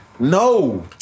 No